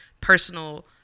personal